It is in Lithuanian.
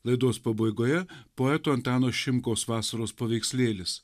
laidos pabaigoje poeto antano šimkaus vasaros paveikslėlis